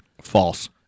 False